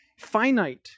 finite